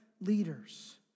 leaders